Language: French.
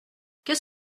qu’est